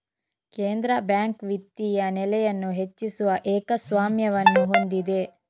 ಕೇಂದ್ರ ಬ್ಯಾಂಕ್ ವಿತ್ತೀಯ ನೆಲೆಯನ್ನು ಹೆಚ್ಚಿಸುವ ಏಕಸ್ವಾಮ್ಯವನ್ನು ಹೊಂದಿದೆ